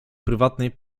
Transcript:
prywatnej